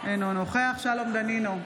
אינו נוכח שלום דנינו,